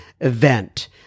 event